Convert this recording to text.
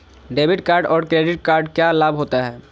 Debit card और credit card क्या लाभ होता है?